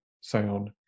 sound